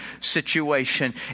situation